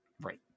Right